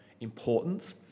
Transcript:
importance